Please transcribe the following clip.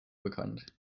bekannt